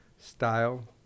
style